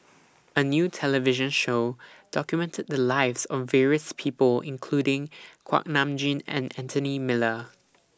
A New television Show documented The Lives of various People including Kuak Nam Jin and Anthony Miller